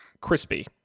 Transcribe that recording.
crispy